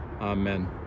Amen